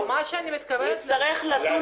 מה שאני מתכוונת זה --- נצטרך לדון